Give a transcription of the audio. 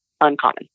uncommon